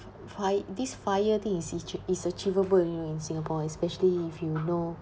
fi~ this five year thing is achi~ is achievable you know in singapore especially if you know